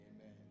Amen